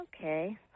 Okay